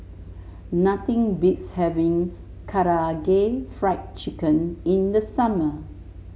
nothing beats having Karaage Fried Chicken in the summer